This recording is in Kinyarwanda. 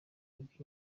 yabwiye